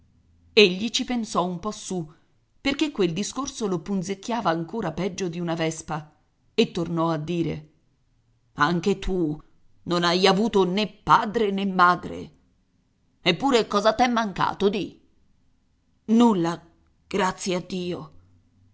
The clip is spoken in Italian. padrone egli ci pensò un po su perché quel discorso lo punzecchiava ancora peggio di una vespa e tornò a dire anche tu non hai avuto né padre né madre eppure cosa t'è mancato di nulla grazie a dio